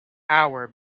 hour